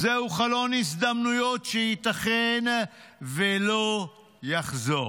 זה חלון הזדמנויות שייתכן שלא יחזור.